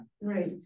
Right